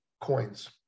coins